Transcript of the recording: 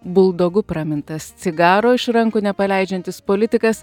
buldogu pramintas cigaro iš rankų nepaleidžiantis politikas